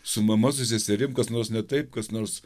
su mama su seserim kas nors ne taip kas nors